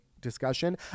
discussion